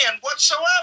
whatsoever